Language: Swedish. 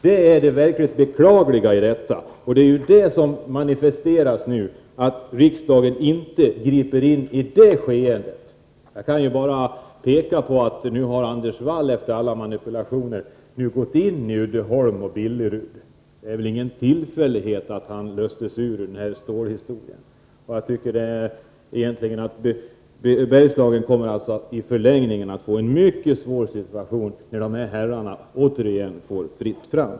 Detta är det verkligt beklagliga, och det manifesteras nu genom att riksdagen inte griper in i det skeendet. Jag kan bara peka på att Anders Wall efter alla manipulationer gått in i Uddeholm och Billerud. Det är väl ingen tillfällighet att han löstes ut ur den här stålhistorien. Bergslagen kommer alltså att i förlängningen få en mycket svår situation, när de här herrarna återigen får fritt fram.